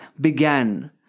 began